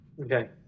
Okay